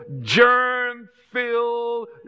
germ-filled